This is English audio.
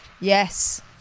Yes